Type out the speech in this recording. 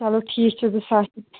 چلو ٹھیٖک چھُ زٕ ساس